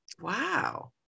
Wow